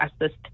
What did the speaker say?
assist